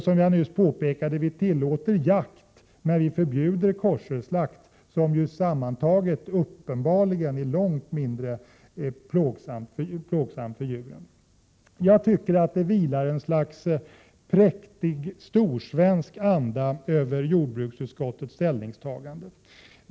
Som jag nyss påpekade, tillåter vi jakt men förbjuder koscherslakt, som sammantaget uppenbarligen är långt mindre plågsam för djuren. Jag tycker att det vilar ett slags präktig storsvensk anda över jordbruksutskottets ställningstagande.